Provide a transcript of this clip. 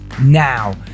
now